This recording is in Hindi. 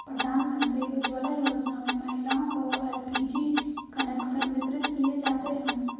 प्रधानमंत्री उज्ज्वला योजना में महिलाओं को एल.पी.जी कनेक्शन वितरित किये जाते है